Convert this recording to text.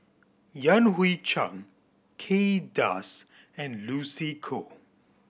Yan Hui Chang Kay Das and Lucy Koh